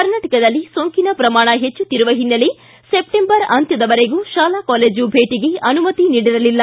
ಕರ್ನಾಟಕದಲ್ಲಿ ಸೋಂಕಿನ ಪ್ರಮಾಣ ಹೆಚ್ಚುತ್ತಿರುವ ಹಿನ್ನೆಲೆ ಸೆಪ್ಸೆಂಬರ್ ಅಂತ್ಯದವರೆಗೂ ಶಾಲಾ ಕಾಲೇಜು ಭೇಟಿಗೆ ಅನುಮತಿ ನೀಡಿರಲಿಲ್ಲ